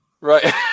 Right